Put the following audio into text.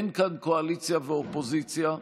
אין כאן קואליציה ואופוזיציה,